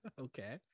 Okay